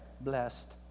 blessed